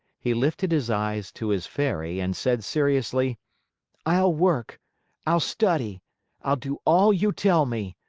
he lifted his eyes to his fairy and said seriously i'll work i'll study i'll do all you tell me.